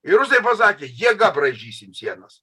ir rusai pasakė jėga braižysim sienas